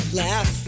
laugh